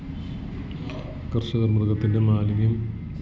കർഷകർ മൃഗത്തിൻ്റെ മാലിന്യം ഒക്കെ